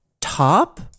top